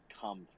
come